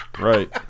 Right